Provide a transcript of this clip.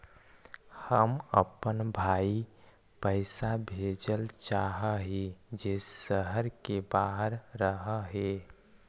हम अपन भाई पैसा भेजल चाह हीं जे शहर के बाहर रह हे